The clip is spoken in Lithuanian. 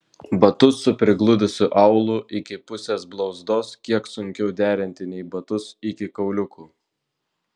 batus su prigludusiu aulu iki pusės blauzdos kiek sunkiau derinti nei batus iki kauliukų